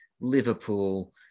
Liverpool